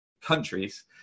countries